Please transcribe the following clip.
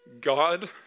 God